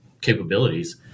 capabilities